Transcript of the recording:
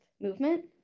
movement